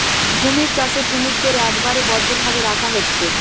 কুমির চাষে কুমিরদের একবারে বদ্ধ ভাবে রাখা হচ্ছে